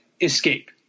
escape